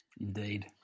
Indeed